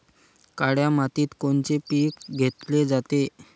काळ्या मातीत कोनचे पिकं घेतले जाते?